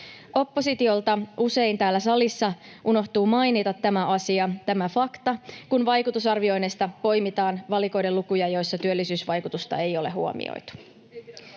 Oppositiolta usein täällä salissa unohtuu mainita tämä asia, tämä fakta, kun vaikutusarvioinneista poimitaan valikoiden lukuja, joissa työllisyysvaikutusta ei ole huomioitu.